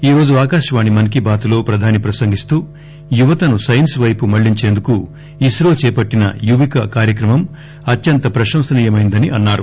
ఈరోజు ఆకాశవాణి మన్ కీ బాత్ లో ప్రధాని ప్రసంగిస్తూ యువతను సైన్స్ వైపు మళ్ళించేందుకు ఇన్రో చేపట్టిన యువిక కార్యక్రమం అత్యంత ప్రశంసనీయమైనదని అన్నారు